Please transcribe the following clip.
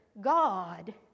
God